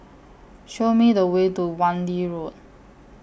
Show Me The Way to Wan Lee Road